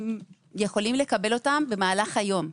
הם יכולים לקבל אותן במהלך היום.